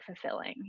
fulfilling